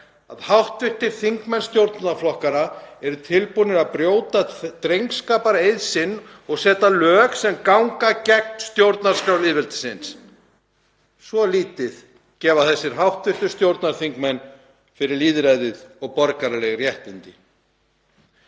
að hv. þingmenn stjórnarflokkanna eru tilbúnir að brjóta drengskapareið sinn og setja lög sem ganga gegn stjórnarskrá lýðveldisins, svo lítið gefa þessir hv. stjórnarþingmenn fyrir lýðræðið og borgaraleg réttindi.